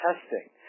testing